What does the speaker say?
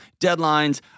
Deadlines